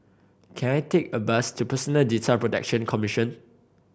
can I take a bus to Personal Data Protection Commission